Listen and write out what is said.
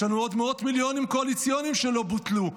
יש לנו עוד מאות מיליונים קואליציוניים שלא בוטלו.